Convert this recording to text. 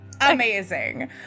Amazing